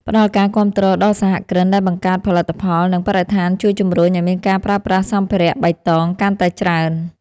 ផ្ដល់ការគាំទ្រដល់សហគ្រិនដែលបង្កើតផលិតផល នឹងបរិស្ថានជួយជំរុញឱ្យមានការប្រើប្រាស់សម្ភារបៃតងកាន់តែច្រើន។